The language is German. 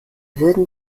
würden